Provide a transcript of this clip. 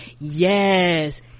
Yes